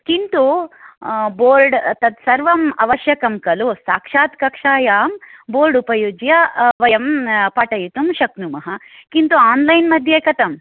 किन्तु बोर्ड् तत् सर्वम् आवश्यकं खलु साक्षात् कक्षायां बोर्ड् उपयुज्य वयं पाठयितुं शक्नुम किन्तु आन्लैन् मध्ये कथम्